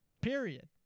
Period